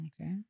okay